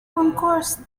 concourse